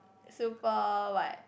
super what